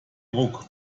ruck